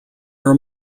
are